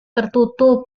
tertutup